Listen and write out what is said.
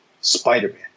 Spider-Man